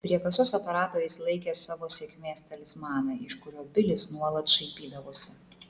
prie kasos aparato jis laikė savo sėkmės talismaną iš kurio bilis nuolat šaipydavosi